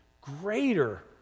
greater